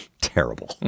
Terrible